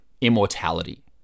immortality